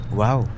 wow